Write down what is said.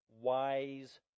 wise